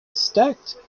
stacked